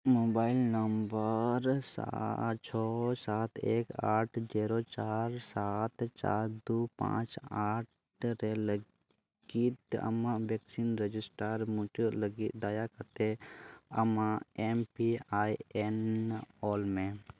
mobile number ᱥᱟᱛ ᱪᱷᱚᱭ ᱥᱟᱛ ᱮᱠ ᱟᱴ ᱡᱤᱨᱳ ᱪᱟᱨ ᱥᱟᱛ ᱪᱟᱨ ᱫᱩ ᱯᱟᱸᱪ ᱟᱴ ᱨᱮ ᱞᱟᱹᱜᱤᱫ ᱟᱢᱟᱜ ᱵᱷᱮᱠᱥᱤᱱ ᱨᱮᱡᱤᱥᱴᱟᱨ ᱢᱩᱪᱟᱹᱫ ᱞᱟᱹᱜᱤᱫ ᱫᱟᱭᱟ ᱠᱟᱛᱮᱫ ᱟᱢᱟᱜ ᱮᱢ ᱯᱤ ᱟᱭ ᱮᱱ ᱚᱞ ᱢᱮ